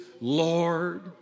Lord